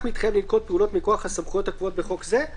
מתחייב לנקוט פעולות מכוח הסמכויות הקבועות בחוק זה,